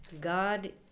God